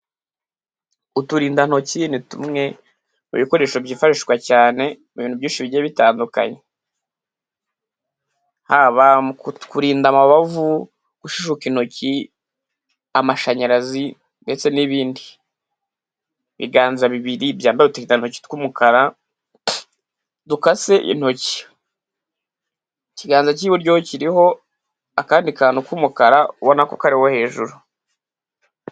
Uturindantoki ni tumwe mu bikoresho byifashishwa cyane mu bintu byinshi bigiye bitandukanye haba mu kurinda amabavu, gushishuka intoki, amashanyarazi ndetse n'ibindi. Ibiganza bibiri byambaye uturindantoki tw'umukara dukase intoki ikiganza cy'iburyo kiriho akandi kantu k'umukara ubona ko kariho hejuru.